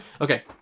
okay